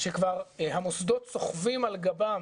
שכבר המוסדות סוחבים על גבם